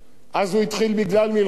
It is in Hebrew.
אז הוא התחיל בגלל מלחמה.